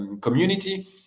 Community